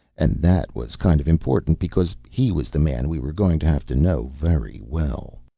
and that was kind of important, because he was the man we were going to have to know very well.